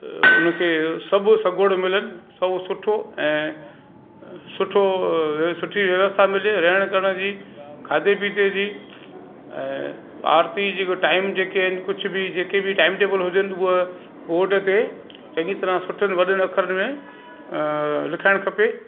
उनखे सभु सगुण मिलनि सभु सुठो ऐं सुठो सुठी व्यवस्था मिले रहणु करण जी खाधे पीते जी ऐं आरती जो टाइम जेके आहिनि कुझु बि जेकी टाइम टेबल हुजनि हूअ बोर्ड ते चङी तरह सुठे वॾनि अख़रनि में लिखाइणु खपे